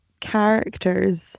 characters